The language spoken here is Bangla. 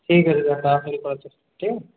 ঠিক আছে দাদা তাড়াতাড়ি করার চেষ্টা